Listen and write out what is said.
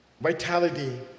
vitality